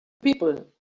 people